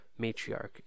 matriarch